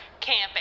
Camping